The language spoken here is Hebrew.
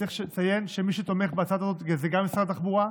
צריך לציין שמי שתומך בהצעה הזאת זה גם משרד התחבורה,